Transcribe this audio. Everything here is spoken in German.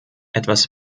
etwas